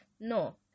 No